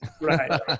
Right